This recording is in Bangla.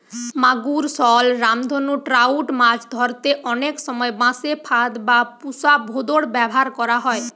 মাগুর, শল, রামধনু ট্রাউট মাছ ধরতে অনেক সময় বাঁশে ফাঁদ বা পুশা ভোঁদড় ব্যাভার করা হয়